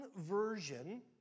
version